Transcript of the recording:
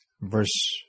verse